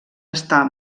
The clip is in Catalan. estar